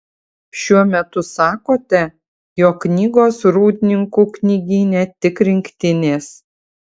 šiuo metu sakote jog knygos rūdninkų knygyne tik rinktinės